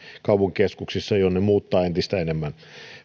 kaupunkikeskuksissa jonne muuttaa entistä enemmän